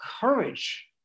courage